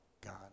God